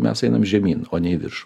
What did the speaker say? mes einam žemyn o ne į viršų